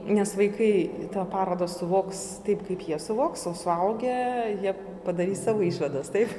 nes vaikai tą parodą suvoks taip kaip jie suvoks o suaugę jie padarys savo išvadas taip